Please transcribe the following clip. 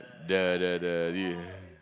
the the the